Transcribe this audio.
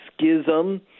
schism